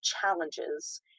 challenges